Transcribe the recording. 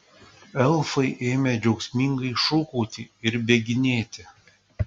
elfai ėmė džiaugsmingai šūkauti ir bėginėti